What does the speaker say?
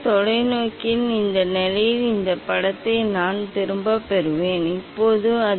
தொலைநோக்கியின் இந்த நிலையில் இந்த படத்தை நான் திரும்பப் பெறும் வரை நான் சுழற்றுவேன்